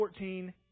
14